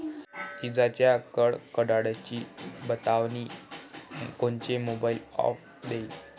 इजाइच्या कडकडाटाची बतावनी कोनचे मोबाईल ॲप देईन?